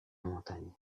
montagne